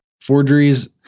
forgeries